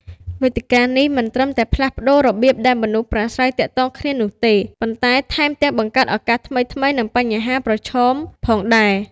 វេទិកានេះមិនត្រឹមតែផ្លាស់ប្តូររបៀបដែលមនុស្សប្រាស្រ័យទាក់ទងគ្នានោះទេ ប៉ុន្តែថែមទាំងបង្កើតឱកាសថ្មីៗ និងបញ្ហាប្រឈមផងដែរ។